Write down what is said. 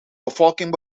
bevolking